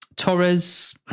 Torres